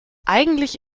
eigentlich